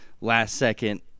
last-second